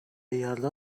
یلدا